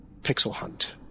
PixelHunt